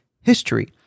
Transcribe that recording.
history